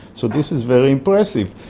so this is very impressive.